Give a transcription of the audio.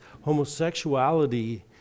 homosexuality